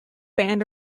band